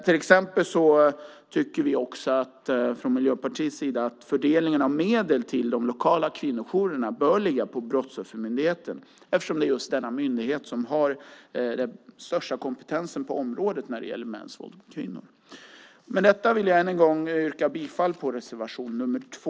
Vi från Miljöpartiets sida tycker till exempel att fördelningen av medel till de lokala kvinnojourerna bör ligga på Brottsoffermyndigheten eftersom det är denna myndighet som har den största kompetensen på området när det gäller mäns våld mot kvinnor. Med detta vill jag än en gång yrka bifall till reservation nr 2.